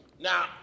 Now